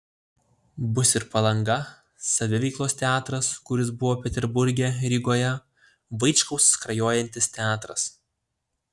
bus ir palanga saviveiklos teatras kuris buvo peterburge rygoje vaičkaus skrajojantis teatras